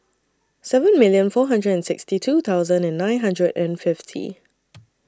seven million four hundred and sixty two thousand and nine hundred and fifty